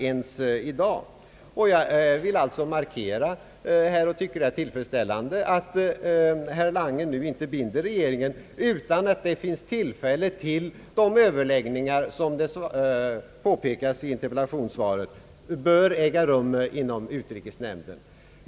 Jag tycker alltså att det är tillfredsställande att herr Lange nu inte binder regeringen, utan att det lämnas tillfälle till överläggningar inom utrikesnämnden.